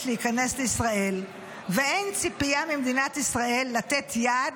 להיכנס לישראל ואין ציפייה ממדינת ישראל לתת יד